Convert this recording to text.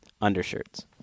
undershirts